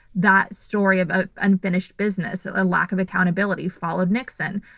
that story of of unfinished business, a lack of accountability followed nixon.